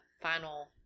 final